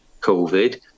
COVID